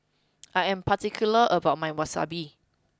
I am particular about my Wasabi